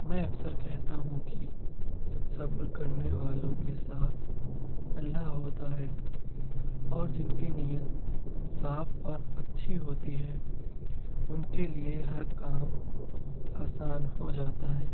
میں اکثر کہتا ہوں کہ صبر کرنے والوں کے ساتھ اللہ ہوتا ہے اور جن کی نیت صاف اور اچھی ہوتی ہے ان کے لیے ہر کام آسان ہو جاتا ہے